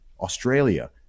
Australia